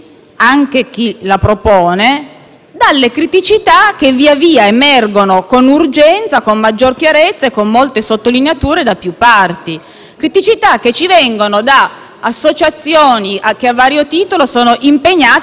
le criticità che via via emergono con urgenza, con maggior chiarezza e con molte sottolineature da più parti, criticità che vengono segnalate da associazioni che, a vario titolo, sono impegnate nel contrasto a tutte le mafie.